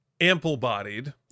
ample-bodied